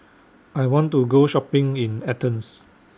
I want to Go Shopping in Athens